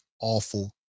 awful